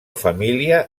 família